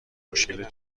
مشکل